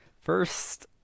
first